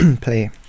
play